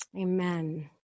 Amen